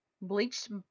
Bleached